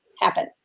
happen